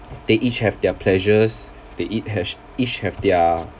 they each have their pleasures they ea~ have each have their